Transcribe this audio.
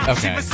Okay